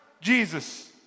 Jesus